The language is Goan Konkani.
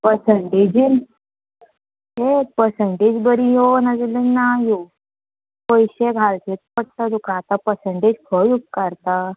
पसंटेजीन हें पर्संटेज बरी यो ना जाल्या ना यो पयशे घालचेच पडटा तुका आतां पसंटेज खंय उपकारता